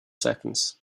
seconds